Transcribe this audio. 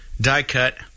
die-cut